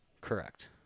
Correct